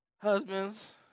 Husbands